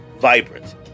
vibrant